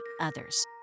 others